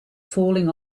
falling